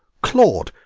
claude!